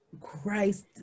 christ